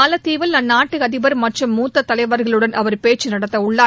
மாலத்தீவில் அந்நாட்டு அதிபர் மற்றும் மூத்த தலைவர்களுடன் அவர் பேச்சு நடத்தவுள்ளார்